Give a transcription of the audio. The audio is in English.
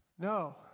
No